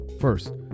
First